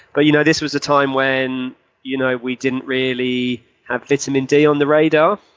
but you know this was a time when you know we didn't really have vitamin d on the radar,